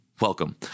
welcome